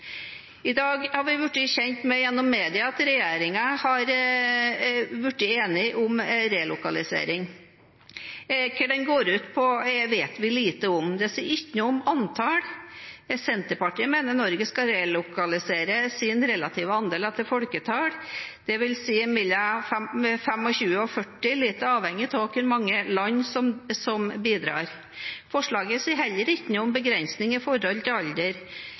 I dag har vi blitt kjent med gjennom media at regjeringen har blitt enig om relokalisering. Hva det går ut på, vet vi lite om. Det sies ikke noe om antall. Senterpartiet mener Norge skal relokalisere sin relative andel etter folketallet, dvs. mellom 25 og 40, litt avhengig av hvor mange land som bidrar. Forslaget sier heller ikke noe om begrensninger i forhold til alder.